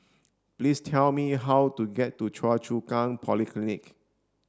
please tell me how to get to Choa Chu Kang Polyclinic